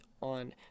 on